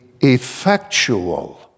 effectual